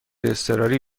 اضطراری